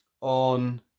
on